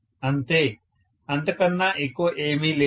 అంతే అంతకన్నా ఎక్కువ ఏమీ లేదు